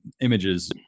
images